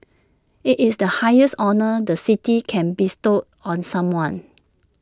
IT is the highest honour the city can bestow on someone